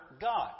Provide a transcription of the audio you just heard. God